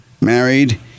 Married